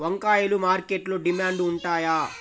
వంకాయలు మార్కెట్లో డిమాండ్ ఉంటాయా?